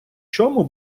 чому